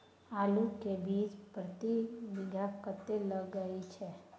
आलू के बीज प्रति बीघा कतेक लागय छै?